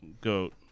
goat